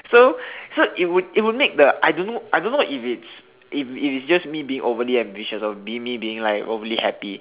so so it would it would make the I don't know I don't know if it's if it's if it's just me being overly ambitious or me being like overly happy